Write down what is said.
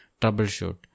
troubleshoot